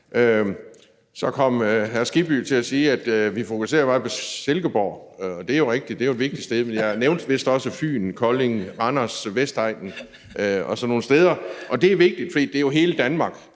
Kristian Skibby til at sige, at vi fokuserer meget på Silkeborg. Og det er jo rigtigt, det er et vigtigt sted, men jeg nævnte vist også Fyn, Kolding, Randers, Vestegnen og sådan nogle steder, og det er vigtigt, for det er jo hele Danmark,